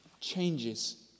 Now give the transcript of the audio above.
changes